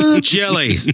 Jelly